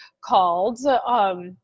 called